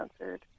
answered